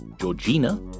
Georgina